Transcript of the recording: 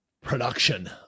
production